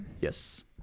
Yes